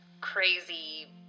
crazy